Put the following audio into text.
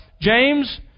James